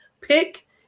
pick